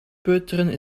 peuteren